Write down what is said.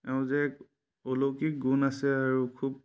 তেওঁৰ যে এক অলৌকিক গুণ আছে আৰু খুব